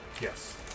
Yes